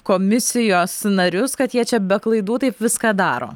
komisijos narius kad jie čia be klaidų taip viską daro